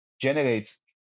generates